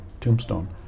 tombstone